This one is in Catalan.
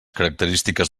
característiques